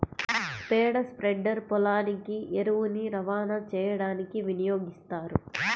పేడ స్ప్రెడర్ పొలానికి ఎరువుని రవాణా చేయడానికి వినియోగిస్తారు